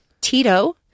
Tito